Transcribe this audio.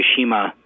Fukushima